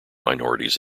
minorities